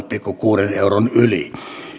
pilkku kuuden euron yli